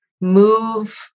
move